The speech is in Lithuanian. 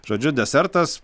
žodžiu desertas